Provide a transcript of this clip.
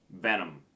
Venom